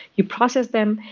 you process them,